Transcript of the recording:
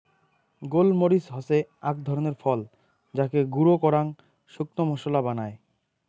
গোল মরিচ হসে আক ধরণের ফল যাকে গুঁড়ো করাং শুকনো মশলা বানায়